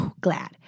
glad